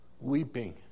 weeping